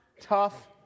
tough